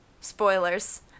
Spoilers